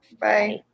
bye